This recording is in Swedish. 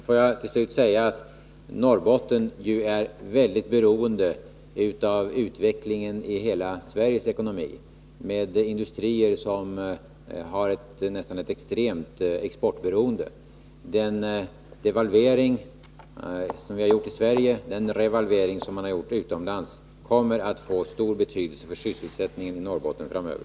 Låt mig till sist säga att Norrbotten, med industrier som är extremt exportberoende, givetvis är mycket beroende av utvecklingen i hela Sveriges ekonomi. Den devalvering som vi gjort i Sverige och den revalvering som man gjort utomlands kommer att få stor betydelse för sysselsättningen i Norrbotten framöver.